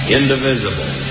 indivisible